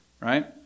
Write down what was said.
Right